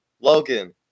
Logan